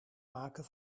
maken